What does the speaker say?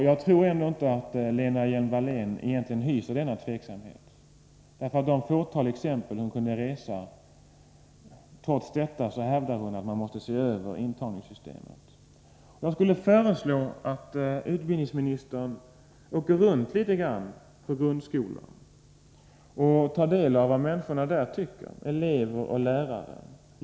Jag tror inte att Lena Hjelm-Wallén egentligen hyser tveksamhet på den punkten. Trots de fåtal exempel hon kunde resa hävdar hon att man måste se över intagningssystemet. Jag skulle föreslå att utbildningsministern åker runt litet på grundskolan och tar del av vad människorna där tycker — elever och lärare.